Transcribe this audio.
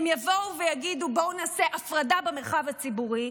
הן יבואו ויגידו: בואו נעשה הפרדה במרחב הציבורי,